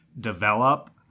develop